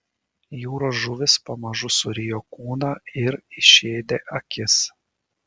jūros žuvys pamažu surijo kūną ir išėdė akis